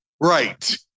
right